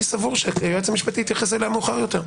אני סבור שהיועץ המשפטי יתייחס אליה מאוחר יותר.